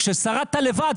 כששרדת לבד,